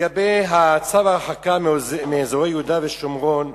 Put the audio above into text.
לגבי צו ההרחקה מאזורי יהודה ושומרון,